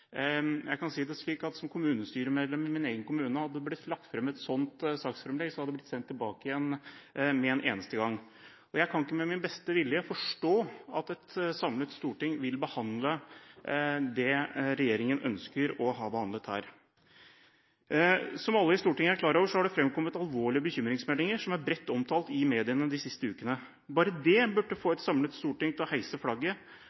Jeg kan ikke med min beste vilje forstå at et samlet storting vil behandle det regjeringen her ønsker å behandle. Som alle i Stortinget er klar over, har det framkommet alvorlige bekymringsmeldinger som er bredt omtalt i mediene de siste ukene. Bare det burde fått et samlet storting til å heise flagget